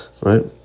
right